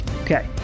Okay